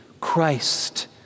Christ